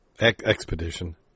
Expedition